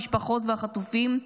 המשפחות והחטופים,